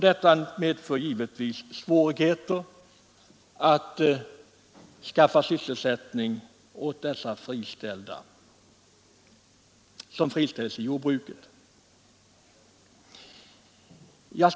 Detta medför givetvis svårigheter att skaffa sysselsättning åt dem som friställs i jordbruket.